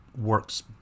works